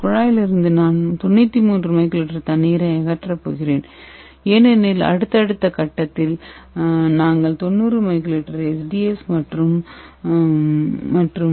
இந்த குழாயிலிருந்து நான் 93 µl தண்ணீரை அகற்றப் போகிறேன் ஏனெனில் அடுத்தடுத்த கட்டத்தில் நாங்கள் 90µl SDS மற்றும் 1